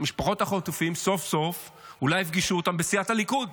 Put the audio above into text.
אולי סוף-סוף יפגשו את משפחות החטופים בסיעת הליכוד.